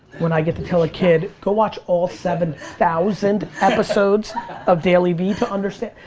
when i get to tell a kid, go watch all seven thousand episodes of dailyvee to understand.